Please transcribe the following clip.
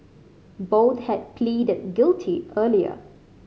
both had pleaded guilty earlier